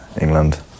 England